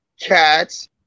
cats